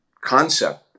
concept